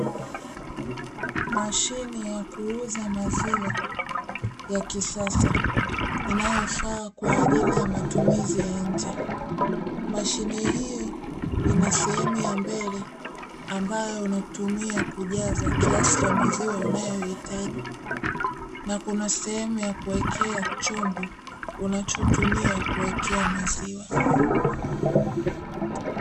Mashine ya kuuza maziwa Ya kisasa inayofaa kwa ajili ya matumizi ya nje, Mashine hiyo ina sehemu ya mbele Ambayo unatumia kujaza kiasi cha maziwa unayohitaji Na kuna sehemu ya kuwekea chombo unachotumia kuwekea maziwa.